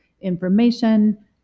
information